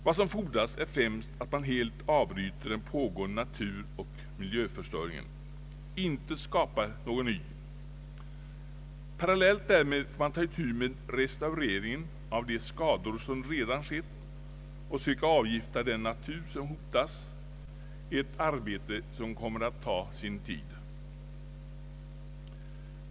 Vad som fordras är främst att man helt avbryter den pågående naturoch miljöförstöringen, inte skapar någon ny. Parallellt därmed får man ta itu med restaureringen av de skador som redan skett och söka avgifta den natur som hotas, ett arbete som kommer att ta sin tid.